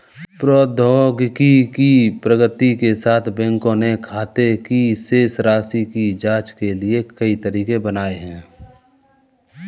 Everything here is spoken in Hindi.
प्रौद्योगिकी की प्रगति के साथ, बैंकों ने खाते की शेष राशि की जांच के लिए कई तरीके बनाए है